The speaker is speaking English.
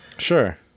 Sure